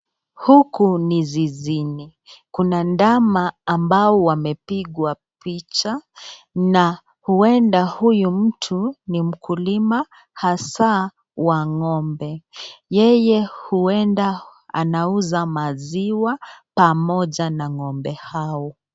Huku ni zizini kuna ndama ambao wamepigwa picha na uenda huyu mtu ni mkuluma hasaa wa ng'ombe, yeye uenda anauza maziwa pamoja na ng'ombe hao.